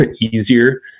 easier